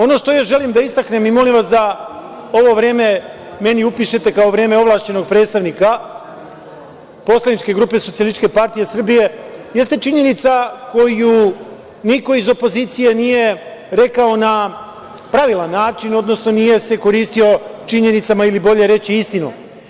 Ono što još želim da istaknem i molim vas da ovo vreme meni upišete kao vreme ovlašćenog predstavnika poslaničke grupe SPS, jeste činjenica koju niko iz opozicije nije rekao na pravilan način, odnosno nije se koristio činjenicama ili bolje reći istinom.